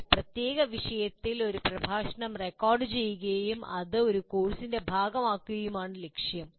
ഒരു പ്രത്യേക വിഷയത്തിൽ ഒരു പ്രഭാഷണം റെക്കോർഡുചെയ്യുകയും അത് ഒരു കോഴ്സിന്റെ ഭാഗമാക്കുകയുമാണ് ലക്ഷ്യം